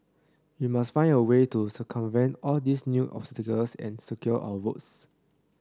we must find a way to circumvent all these new obstacles and secure our votes